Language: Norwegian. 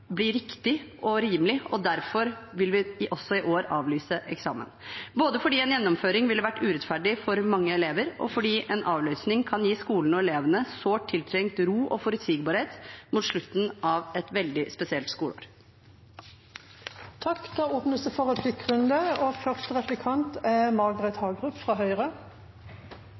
blir riktig og rimelig, og derfor vil vi også i år avlyse eksamen – både fordi en gjennomføring ville ha vært urettferdig for mange elever, og fordi en avlysning kan gi skolene og elevene sårt tiltrengt ro og forutsigbarhet mot slutten av et veldig spesielt skoleår. Det blir replikkordskifte. I begrunnelsen for